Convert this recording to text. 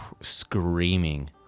screaming